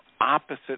opposite